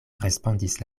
respondis